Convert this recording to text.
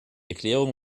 erklärung